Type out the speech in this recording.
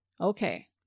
Okay